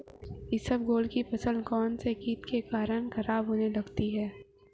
इसबगोल की फसल कौनसे कीट के कारण खराब होने लग जाती है?